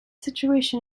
situation